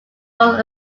both